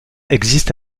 existe